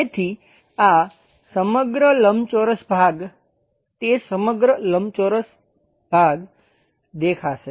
તેથી આ સમગ્ર લંબચોરસ ભાગ તે સમગ્ર લંબચોરસ ભાગ દેખાશે